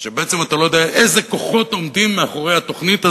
שבעצם אתה לא יודע איזה כוחות עומדים מאחורי התוכנית הזאת,